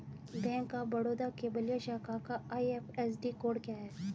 Bank of Baroda के बलिया शाखा का आई.एफ.एस.सी कोड क्या है?